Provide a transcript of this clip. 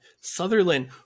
Sutherland